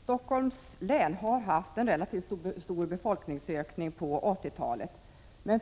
Fru talman! Stockholms län har haft en relativt stor befolkningsökning på 80-talet, men